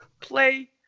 play